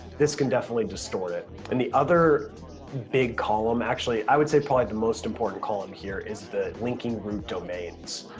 this can definitely distort it. and the other big column, actually i would say probably the most important column here, is the linking group domains.